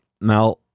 Now